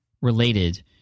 related